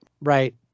Right